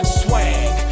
swag